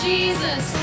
Jesus